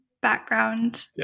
background